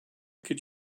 could